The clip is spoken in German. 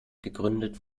gegründet